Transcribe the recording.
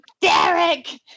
Derek